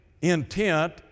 intent